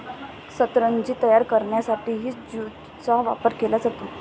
सतरंजी तयार करण्यासाठीही ज्यूटचा वापर केला जातो